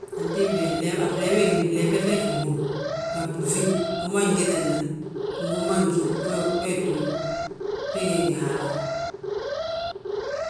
Antimbi he a flee ma he gíni flee fe feefi uhúru. Bari blúŧi wi ma ngitilina ngi wi ma ngíyi, wee túur, we gí ye ngi Haala.